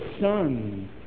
Son